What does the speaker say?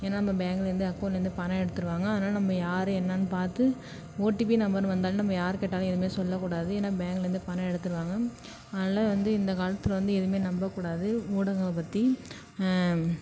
ஏன்னா நம்ம பேங்க்லேருந்து அக்கௌண்ட்லேருந்து பணம் எடுத்துருவாங்க அதனால் நம்ம யாரு என்னென்னு பார்த்து ஓடிபி நம்பர்னு வந்தால் நம்ம யாரு கேட்டாலும் எதுவும் சொல்லக்கூடாது ஏன்னா பேங்க்லேருந்து பணம் எடுத்துருவாங்க அதனால் வந்து இந்த காலத்தில் வந்து எதுவும் நம்பக்கூடாது ஊடகங்கள பற்றி